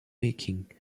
making